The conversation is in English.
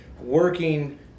working